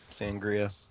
Sangria